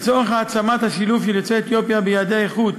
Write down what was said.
לצורך העצמת השילוב של יוצאי אתיופיה ביעדי איכות,